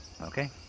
Okay